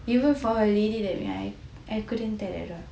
even for a lady I couldn't tell at all